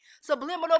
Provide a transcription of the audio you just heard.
subliminal